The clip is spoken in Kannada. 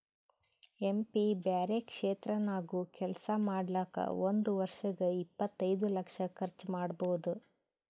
ಎಂ ಪಿ ಬ್ಯಾರೆ ಕ್ಷೇತ್ರ ನಾಗ್ನು ಕೆಲ್ಸಾ ಮಾಡ್ಲಾಕ್ ಒಂದ್ ವರ್ಷಿಗ್ ಇಪ್ಪತೈದು ಲಕ್ಷ ಕರ್ಚ್ ಮಾಡ್ಬೋದ್